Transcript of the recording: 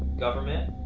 government.